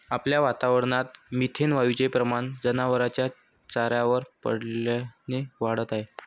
आपल्या वातावरणात मिथेन वायूचे प्रमाण जनावरांच्या चाऱ्यावर पडल्याने वाढत आहे